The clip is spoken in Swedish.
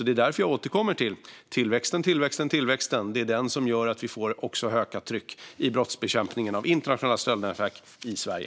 Det är därför som jag återkommer till tillväxten, tillväxten och tillväxten. Det är den som gör att vi får ett ökat tryck i brottsbekämpningen av internationella stöldnätverk i Sverige.